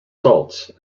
salts